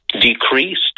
decreased